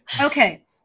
Okay